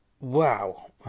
Wow